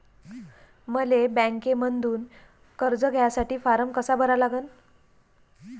मले बँकेमंधून कर्ज घ्यासाठी फारम कसा भरा लागन?